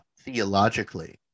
theologically